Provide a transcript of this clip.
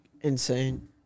insane